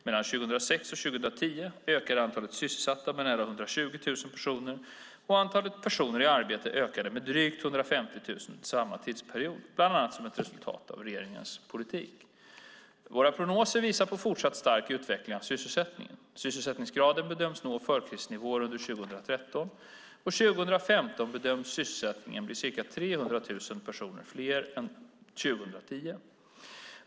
Mellan 2006 och 2010 ökade antalet sysselsatta med nära 120 000 personer, och antalet personer i arbete ökade med drygt 150 000 under samma tidsperiod, bland annat som ett resultat av regeringens politik. Våra prognoser visar på fortsatt stark utveckling av sysselsättningen. Sysselsättningsgraden bedöms nå förkrisnivåer under 2013, och 2015 bedöms antalet sysselsatta bli ca 300 000 personer fler än 2010.